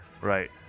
right